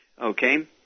Okay